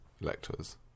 electors